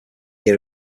year